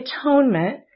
atonement